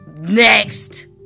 Next